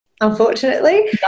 unfortunately